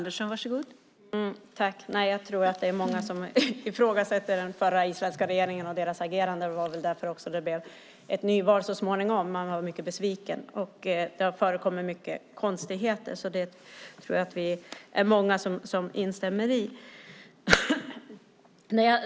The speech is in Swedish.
Fru talman! Jag tror att det är många som ifrågasätter den förra isländska regeringen och dess agerande. Det var väl också därför som det så småningom blev ett nyval. Man var mycket besviken, och det har förekommit mycket konstigheter. Det tror jag att vi är många som instämmer i.